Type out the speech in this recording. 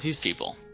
people